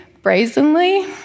brazenly